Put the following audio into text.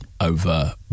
over